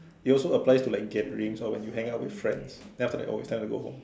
it also applies to like gatherings or when you hang out with friends then it's like time to go home